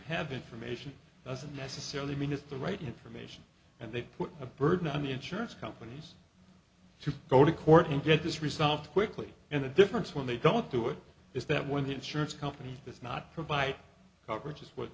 have information doesn't necessarily mean it's the right information and they put a burden on the insurance companies to go to court and get this resolved quickly and the difference when they don't do it is that when the insurance company does not provide coverage as w